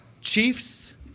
Chiefs